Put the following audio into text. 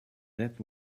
that